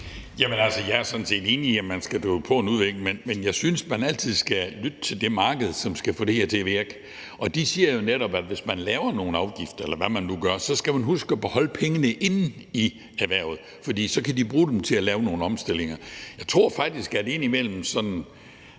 Jeg er sådan set enig i, at man skal skubbe på en udvikling, men jeg synes altid, at man skal lytte til det marked, som skal få det her til at virke, og her siger man jo netop, at hvis man laver nogle afgifter, eller hvad man nu gør, så skal man huske at beholde pengene inde i erhvervet, for så kan de bruge dem til at lave nogle omstillinger. Jeg tror faktisk, at vi i de mange, mange